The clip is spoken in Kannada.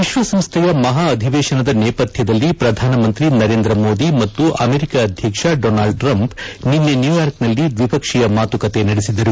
ವಿಶ್ವಸಂಸ್ಥೆಯ ಮಹಾ ಅಧಿವೇಶನದ ನೇಪಥ್ಯದಲ್ಲಿ ಪ್ರಧಾನಮಂತ್ರಿ ನರೇಂದ್ರ ಮೋದಿ ಮತ್ತು ಅಮೆರಿಕ ಅಧ್ಯಕ್ಷ ಡೊನಾಲ್ಡ್ ಟ್ರಂಪ್ ನಿನ್ನೆ ನ್ನೂಯಾರ್ಕ್ನಲ್ಲಿ ದ್ಲಿಪಕ್ಷೀಯ ಮಾತುಕತೆ ನಡೆಸಿದರು